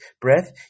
breath